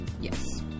Yes